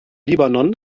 libanon